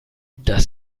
dass